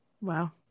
Wow